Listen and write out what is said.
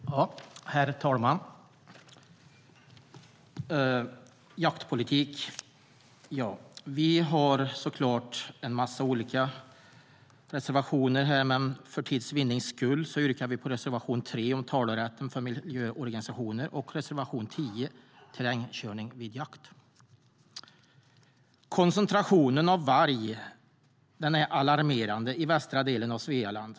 Herr talman! Det här betänkandet gäller jaktpolitik. Vi har en mängd olika reservationer. Men för tids vinnande yrkar vi bifall endast till reservation 3 om talerätten för miljöorganisationer och reservation 10 om terrängkörning vid jakt. Koncentrationen av varg är alarmerande i västra delen av Svealand.